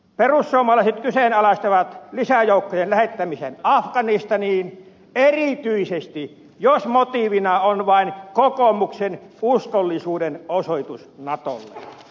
perussuomalaiset kyseenalaistavat lisäjoukkojen lähettämisen afganistaniin erityisesti jos motiivina on vain kokoomuksen uskollisuuden osoitus natolle